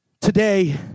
Today